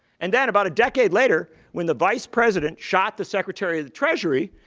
and then about a decade later, when the vice president shot the secretary of the treasury,